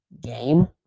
game